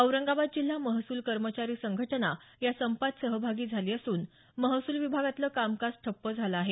औरंगाबाद जिल्हा महसूल कर्मचारी संघटना या संपात सहभागी झाली असून महसूल विभागातलं कामकाज ठप्प झालं आहे